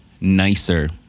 nicer